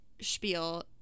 spiel